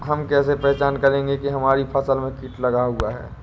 हम कैसे पहचान करेंगे की हमारी फसल में कीट लगा हुआ है?